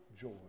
joy